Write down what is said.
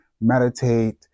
meditate